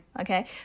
Okay